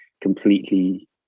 completely